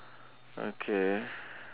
okay